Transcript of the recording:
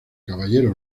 caballero